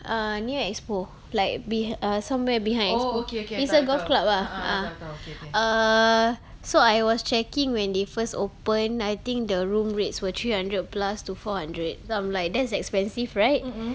uh near EXPO like be~ somewhere behind EXPO it's a golf club ah ah err so I was checking when they first open I think the room rates were three hundred plus to four hundred then I'm like that's expensive right